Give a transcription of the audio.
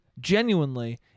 genuinely